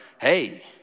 hey